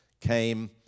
came